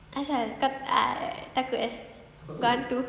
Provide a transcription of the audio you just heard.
asal takut eh takut hantu